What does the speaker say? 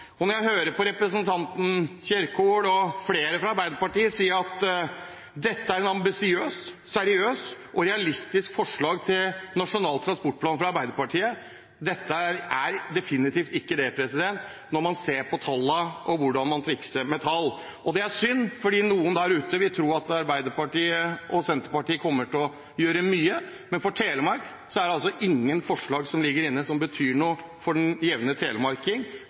det når man ser på tallene og hvordan man trikser med tall. Det er synd, for noen der ute vil tro at Arbeiderpartiet og Senterpartiet kommer til å gjøre mye, men for Telemark ligger det altså ingen forslag inne som betyr noe for den jevne telemarking,